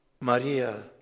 Maria